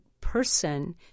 person